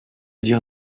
dire